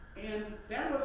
and, that